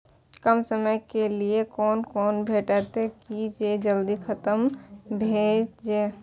कम समय के लीये कोनो लोन भेटतै की जे जल्दी खत्म भे जे?